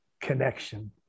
connection